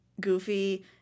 goofy